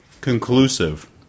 conclusive